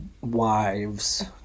wives